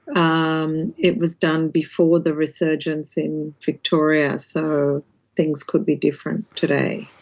um it was done before the resurgence in victoria, so things could be different today.